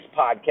Podcast